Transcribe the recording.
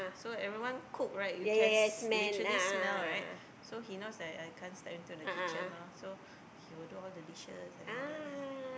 so everyone cook right you can s~ literally smell right so he knows that I can't step into the kitchen orh so he will do all the dishes and all that lah